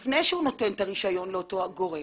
לפני שהוא נותן את הרישיון לאותו גורם